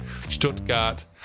Stuttgart